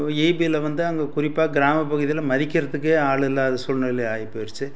இபியில வந்து அங்கே குறிப்பாக கிராமப்பகுதியில மதிக்கிறதுக்கே ஆளில்லாத சூழ்நிலை ஆகிப்போயிருச்சி